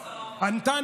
עלתה,